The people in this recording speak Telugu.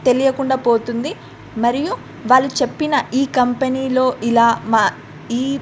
తెలియకుండా పోతుంది మరియు వాళ్ళు చెప్పిన ఈ కంపెనీలో ఇలా మా ఈ